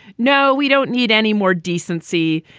no, we don't need any more decency.